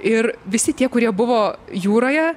ir visi tie kurie buvo jūroje